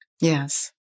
Yes